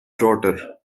daughter